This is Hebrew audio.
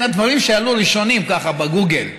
הדברים שעלו ראשונים ככה בגוגל,